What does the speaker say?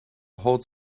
holds